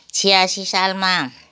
छयासी सालमा